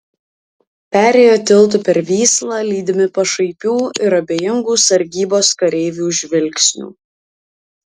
perėjo tiltu per vyslą lydimi pašaipių ir abejingų sargybos kareivių žvilgsnių